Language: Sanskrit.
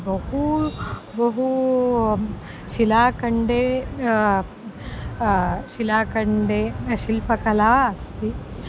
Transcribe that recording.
बहु बहु शिलाखण्डे शिलाखण्डे शिल्पकला अस्ति